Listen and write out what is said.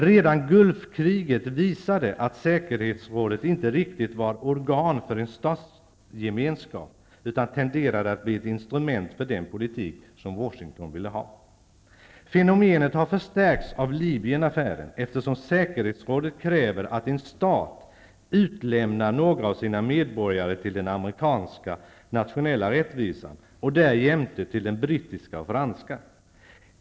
Redan Gulfkriget visade att säkerhetsrådet inte riktigt var ett organ för en statsgemenskap, utan tenderade att bli ett instrument för den politik som Washington ville ha. Fenomenet har förstärkts av Libyenaffären, eftersom säkerhetsrådet kräver att en stat utlämnar några av sina medborgare till den amerikanska, nationella rättvisan och därjämte till den brittiska och franska.